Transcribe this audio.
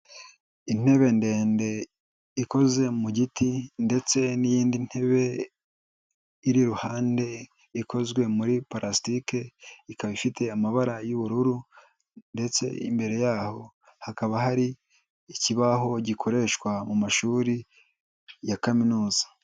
Intebe ndende ikoze mu giti ndetse n'iyindi ntebe iri iruhande ikozwe muri parastike, ikaba ifite amabara y'ubururu ndetse imbere yaho, hakaba hari ikibaho gikoreshwa mu mashuri ya kaminuza.